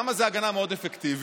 למה זו הגנה מאוד אפקטיבית?